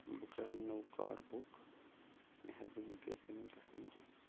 بہٕ کَرٕ نوٚو کار بُک مہربٲنی کٔرتَو مےٚ پیٹھ وٕنکیٚس